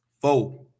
Four